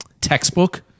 textbook